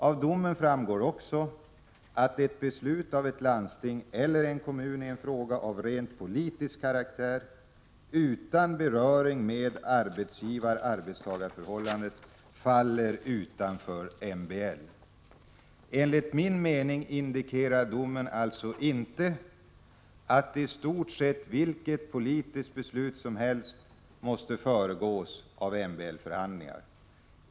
Av domen framgår också att ett beslut av ett landsting eller en kommun i en fråga av rent politisk karaktär, utan beröring med arbetsgivar—arbetstagarförhållandet, faller utanför MBL. Enligt min mening indikerar domen alltså inte att i stort sett vilket politiskt beslut som helst måste föregås av MBL-förhandlingar.